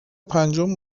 پنجم